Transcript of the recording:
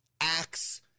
acts